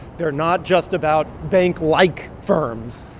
they're not just about banklike firms.